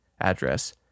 address